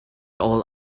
all